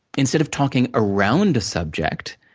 instead of talking around a subject,